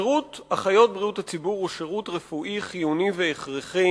שירות אחיות בריאות הציבור הוא שירות רפואי חיוני והכרחי,